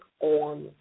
on